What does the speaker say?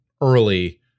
early